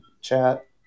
chat